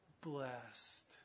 Blessed